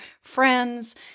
friends